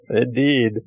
Indeed